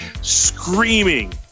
screaming